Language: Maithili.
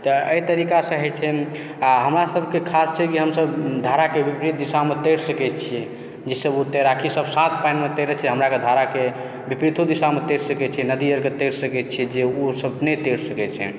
तऽ एहि तरीकासँ होइ छै आओर हमरा सभके खास छै कि हम सभ धाराके विपरीत दिशामे तैर सकै छियै जैसे ओ तैराकी सभ साफ पानिमे तैरे छै हमराके धाराके विपरीतो दिशामे तैर सकै छियै नदीमे तैर सकै छियै जे उ सभ नहि तैर सकै छै